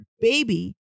baby